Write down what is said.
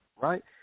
Right